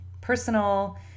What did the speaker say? personal